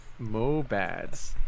Mobads